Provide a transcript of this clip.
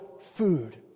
food